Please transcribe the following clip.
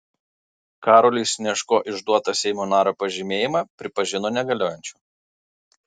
karoliui snežko išduotą seimo nario pažymėjimą pripažino negaliojančiu